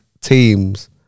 teams